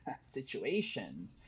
situation